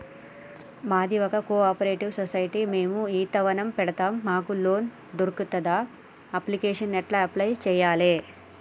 మాది ఒక cooperative society మేము ఈత వనం పెడతం మాకు లోన్ దొర్కుతదా? అప్లికేషన్లను ఎట్ల అప్లయ్ చేయాలే?